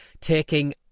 taking